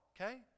okay